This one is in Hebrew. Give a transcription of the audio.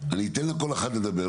אני אתן לכל אחד לדבר,